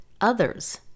others